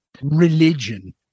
religion